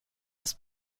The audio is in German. das